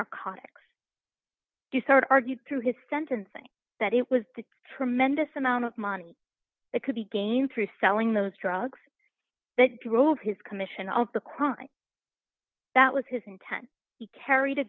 narcotics the sort argued through his sentencing that it was the tremendous amount of money that could be gained through selling those drugs that drove his commission on the crime that was his intent he carried a